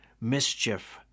mischief